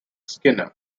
skinner